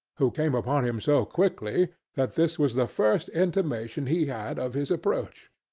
who came upon him so quickly that this was the first intimation he had of his approach.